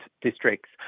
districts